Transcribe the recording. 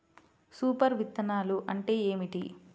Super విత్తనాలు అంటే ఏమిటి?